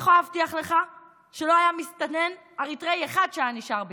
אני יכולה להבטיח לך שלא היה מסתנן אריתריאי אחד שהיה נשאר בישראל.